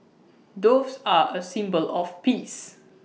doves are A symbol of peace